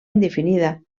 indefinida